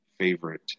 favorite